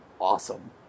awesome